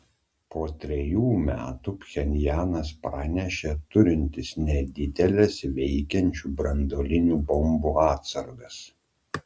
po trejų metų pchenjanas pranešė turintis nedideles veikiančių branduolinių bombų atsargas